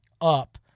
up